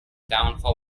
downfall